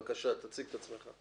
בבקשה, תציג את עצמך.